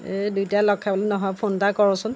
দুইটাই লগখাই নহয় ফোন এটা কৰোঁচোন